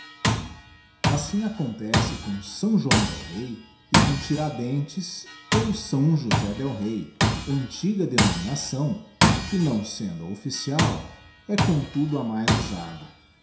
assim acontece com s joão del rey ecom tiradentes ous josé del rey antiga denominação que não sendo a offlcial é comtudo a mais usada